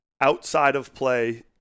outside-of-play